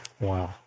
Wow